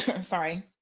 Sorry